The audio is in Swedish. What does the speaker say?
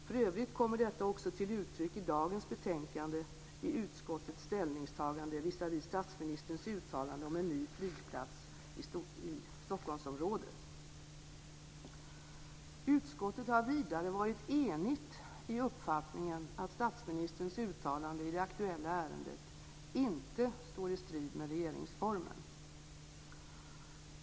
För övrigt kommer detta också till uttryck i dagens betänkande i utskottets ställningstagande visavi statsministerns uttalande om en ny flygplats i Stockholmsområdet. Utskottet har vidare varit enigt i uppfattningen att statsministerns uttalande i det aktuella ärendet inte står i strid med regeringsformen.